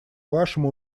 вашему